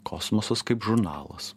kosmosas kaip žurnalas